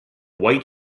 white